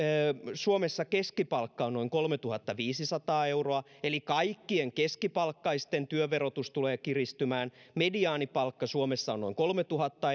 suomessa keskipalkka on noin kolmetuhattaviisisataa euroa eli kaikkien keskipalkkaisten työn verotus tulee kiristymään mediaanipalkka suomessa on noin kolmetuhatta